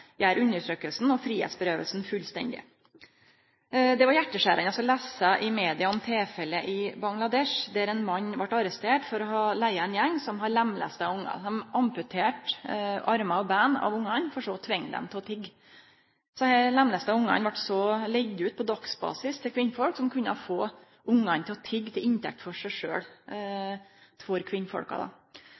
var hjarteskjerande å lese i media om tilfellet i Bangladesh der ein mann vart arrestert for å ha leigd ein gjeng som hadde lemlesta ungar. Dei amputerte armar og bein på ungane for så å tvinge dei til å tigge. Desse lemlesta ungane vart så leigde ut på dagsbasis til kvinner som kunne få ungane til å tigge til inntekt for dei. Dei stilte seg opp som vakter for